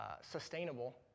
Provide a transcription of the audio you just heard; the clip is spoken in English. sustainable